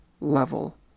level